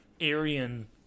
Aryan